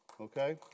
okay